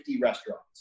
restaurants